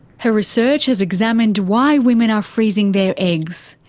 her research has examined why women are freezing their eggs,